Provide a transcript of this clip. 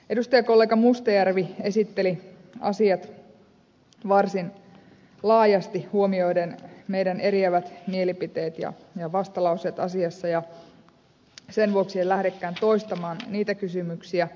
edustajakollega mustajärvi esitteli asiat varsin laajasti huomioiden meidän eriävät mielipiteemme ja vastalauseemme asiassa ja sen vuoksi en lähdekään toistamaan niitä kysymyksiä